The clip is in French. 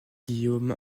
guillaume